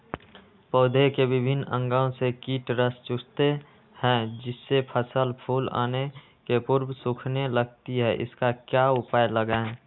पौधे के विभिन्न अंगों से कीट रस चूसते हैं जिससे फसल फूल आने के पूर्व सूखने लगती है इसका क्या उपाय लगाएं?